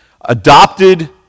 Adopted